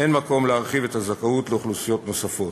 אין מקום להרחיב את הזכאות לאוכלוסיות נוספות.